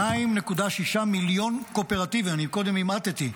2.6 מיליון קואופרטיבים, אני קודם אימתי,